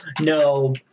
No